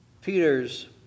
Peter's